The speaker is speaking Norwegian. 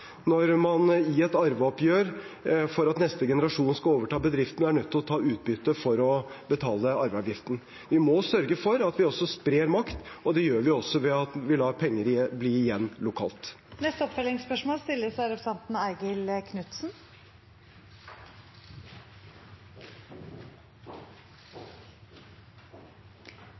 når man i et arveoppgjør, for at neste generasjon skal overta bedriften, er nødt til å ta ut utbytte for å betale arveavgiften. Vi må sørge for at vi også sprer makt, og det gjør vi ved å la penger bli igjen lokalt. Eigil Knutsen – til oppfølgingsspørsmål.